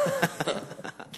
בתנאי שהוא ידבר על האברכים.